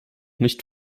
nicht